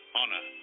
honor